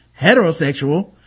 heterosexual